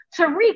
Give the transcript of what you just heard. Tariq